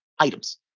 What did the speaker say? items